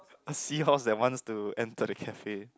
a seahorse that wants to enter the cafe